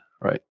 right